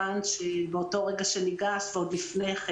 באותו רגע שניגשת ועוד לפני כן